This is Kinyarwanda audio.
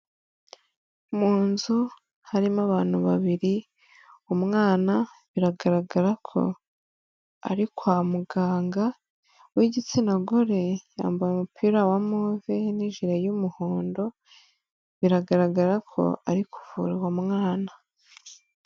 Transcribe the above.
Mu nzu harimo abantu babiri umwana biragaragara ko ari kwa muganga w'igitsina gore yambaye umupira wa move n'ijire y'umuhondo biragaragara ko ari kuvura uwo mwana.